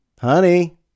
Honey